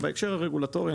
בהקשר הרגולטורי,